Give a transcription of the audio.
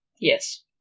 Yes